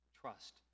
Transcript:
Trust